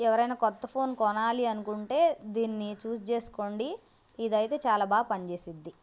ఎవరైనా కొత్త ఫోన్ కొనాలి అనుకుంటే దీన్ని చూస్ చేసుకోండి ఇది అయితే చాలా బాగా పనిచేస్తుంది